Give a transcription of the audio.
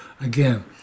again